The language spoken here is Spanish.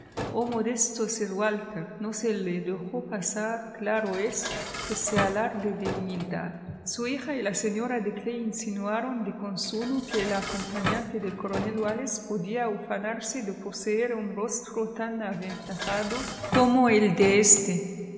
oh modesto sir walter no se le dejó pasar claro es este alarde de humildad su hija y la señora de clay insinuaron de consuno que el acompañante del coronel wallis podía ufanarse de poseer un rostro tan aventajado como el de éste